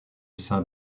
saint